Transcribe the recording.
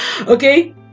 Okay